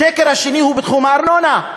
השקר השני הוא בתחום הארנונה.